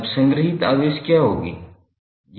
अब संग्रहीत आवेश क्या होगी